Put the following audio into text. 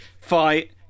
fight